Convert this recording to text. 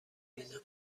بیینم